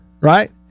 right